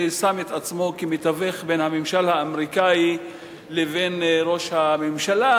ששם את עצמו כמתווך בין הממשל האמריקני לבין ראש הממשלה,